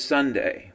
Sunday